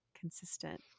consistent